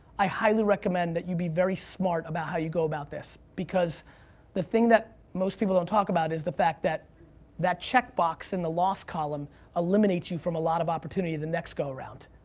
i highly recommend that you be very smart about how you go about this. because the thing that most people don't talk about is the fact that that check box in the loss column eliminates you from a lot of opportunity the next go-around.